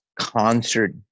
concert